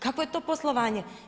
Kakvo je to poslovanje?